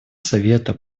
совета